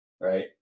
right